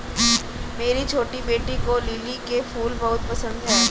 मेरी छोटी बेटी को लिली के फूल बहुत पसंद है